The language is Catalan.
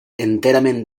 enterament